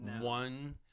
One